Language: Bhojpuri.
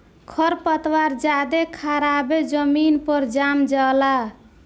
खर पात ज्यादे खराबे जमीन पर जाम जला